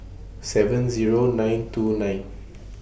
seven Zero nine two nine